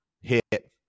hit